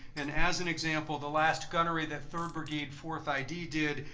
and as an example, the last gunnery that third brigade fourth id did,